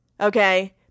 Okay